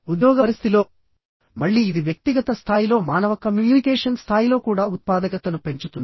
ఉద్యోగ పరిస్థితిలో మళ్ళీ ఇది వ్యక్తిగత స్థాయిలో మానవ కమ్యూనికేషన్ స్థాయిలో కూడా ఉత్పాదకతను పెంచుతుంది